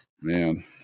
Man